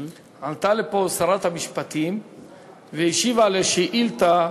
עלתה לפה שרת המשפטים והשיבה על שאילתה